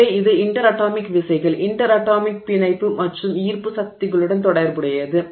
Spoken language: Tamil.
எனவே இது இன்டெர் அட்டாமிக் விசைகள் இன்டெர் அட்டாமிக் பிணைப்பு மற்றும் ஈர்ப்பு சக்திகளுடன் தொடர்புடையது